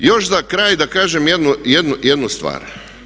Još za kraj da kažem jednu stvar.